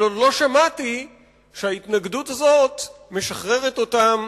אבל עוד לא שמעתי שההתנגדות הזאת משחררת אותם